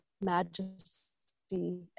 Majesty